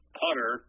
putter